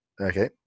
okay